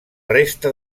resta